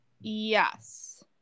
Yes